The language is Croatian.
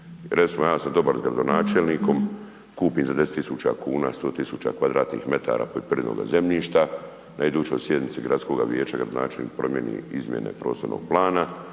Recimo ja sam dobar s gradonačelnikom, kupim za 10 tisuća kuna 100 tisuća kvadratnih metara poljoprivrednoga zemljišta, na idućoj sjednici gradskoga vijeća gradonačelnik promijeni izmjene prostornog plana